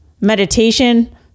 meditation